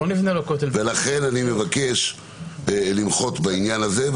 לכן אני מבקש למחות בעניין הזה,